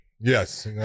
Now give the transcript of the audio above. Yes